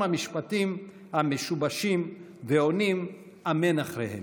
המשפטים המשובשים ועונים אמן אחריהם.